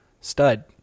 stud